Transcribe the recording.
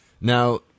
Now